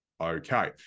okay